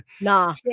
Nah